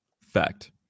fact